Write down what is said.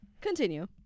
Continue